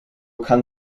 kann